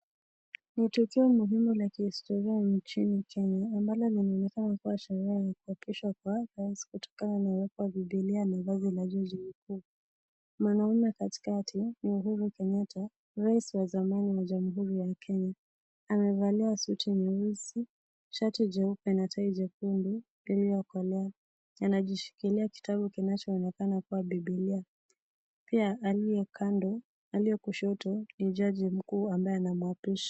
Ni tukio muhimu la kihistoria nchini Kenya ambalo linaonekana kuwa sherehe ya kuapishwa kwa rais wakiwa na Biblia na vazi la Jaji Mkuu. Mwanaume katikati ni Uhuru Kenyata, rais wa zamani wa Jamhuri ya Kenya. Amevalia suti nyeusi, shati jeupe na tai jekundu lililokolea. Anajishikilia kitabu kinachoonekana kuwa Biblia. Pia aliye kando, aliye kushoto ni Jaji Mkuu ambaye anayemuapisha.